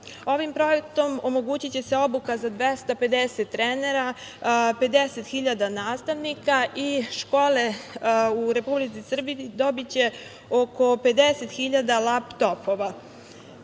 projektom omogućiće se obuka za 250 trenera, 50.000 nastavnika i škole u Republici Srbiji dobiće oko 50.000 laptopova.